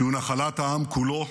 שהוא נחלת העם כולו,